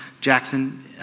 Jackson